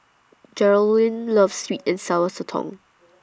Geralyn loves Sweet and Sour Sotong